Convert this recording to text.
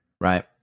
Right